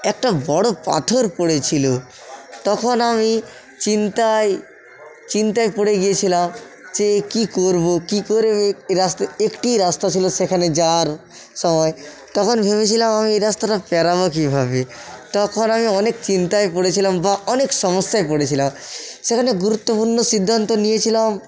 একটা বড়ো পাথর পড়েছিলো তখন আমি চিন্তায় চিন্তায় পড়ে গিয়েছিলাম যে কী করবো কী করে এ রাস্তা একটিই রাস্তা ছিলো সেখানে যাওয়ার সময় তখন ভেবেছিলাম আমি এ রাস্তাটা পেরবো কীভাবে তখন আমি অনেক চিন্তায় পড়েছিলাম বা অনেক সমস্যায় পড়েছিলাম সেখানে গুরুত্বপূর্ণ সিদ্ধান্ত নিয়েছিলাম